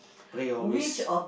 pray always